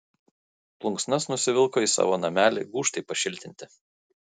plunksnas nusivilko į savo namelį gūžtai pašiltinti